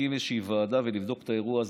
להקים איזושהי ועדה ולבדוק את האירוע הזה.